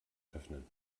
öffnen